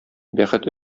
бәхет